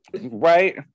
Right